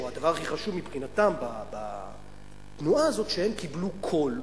או הדבר הכי חשוב מבחינתם בתנועה הזאת הוא שהם קיבלו קול,